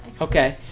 Okay